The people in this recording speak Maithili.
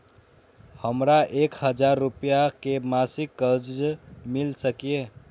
हमरा एक हजार रुपया के मासिक कर्ज मिल सकिय?